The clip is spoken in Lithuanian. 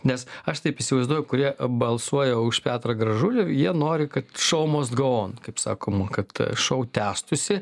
nes aš taip įsivaizduoju kurie balsuoja už petrą gražulį jie nori kad šou mast gau on kaip sakoma kad šou tęstųsi